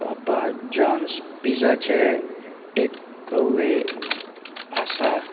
पापा John's पिझाचे takeaway आसा